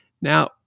Now